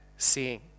Seeing